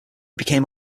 became